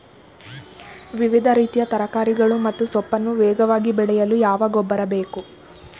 ವಿವಿಧ ರೀತಿಯ ತರಕಾರಿಗಳು ಮತ್ತು ಸೊಪ್ಪನ್ನು ವೇಗವಾಗಿ ಬೆಳೆಯಲು ಯಾವ ಗೊಬ್ಬರ ಬೇಕು?